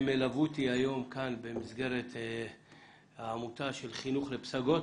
הם ילוו אותי היום כאן במסגרת העמותה של חינוך לפסגות.